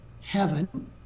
heaven